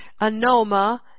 anoma